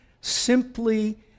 simply